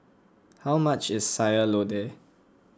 how much is Sayur Lodeh